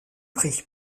prix